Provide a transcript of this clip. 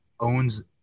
owns